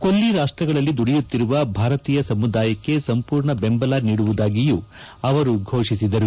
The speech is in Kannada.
ಕೊಲ್ಲಿ ರಾಷ್ಷಗಳಲ್ಲಿ ದುಡಿಯುತ್ತಿರುವ ಭಾರತೀಯ ಸಮುದಾಯಕ್ಕೆ ಸಂಪೂರ್ಣ ದೆಂಬಲ ನೀಡುವುದಾಗಿಯೂ ಅವರು ಫೋಷಿಸಿದರು